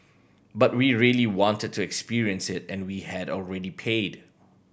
but we really wanted to experience it and we had already paid